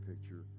picture